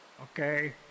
Okay